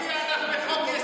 זה מופיע לך בחוק-יסוד: